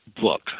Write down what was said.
book